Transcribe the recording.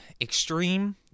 Extreme